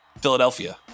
Philadelphia